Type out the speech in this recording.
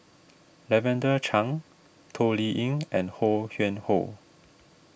Lavender Chang Toh Liying and Ho Yuen Hoe